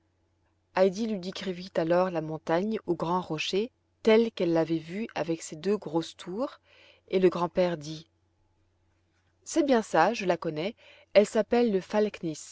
heidi lui décrivit alors la montagne aux grands rochers telle qu'elle l'avait vue avec ses deux grosses tours et le grand-père dit c'est bien ça je la connais elle s'appelle le